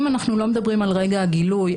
אם אנחנו לא מדברים על רגע הגילוי,